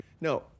no